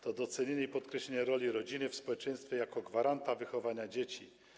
To docenienie i podkreślenie roli rodziny w społeczeństwie jako gwaranta wychowania dzieci.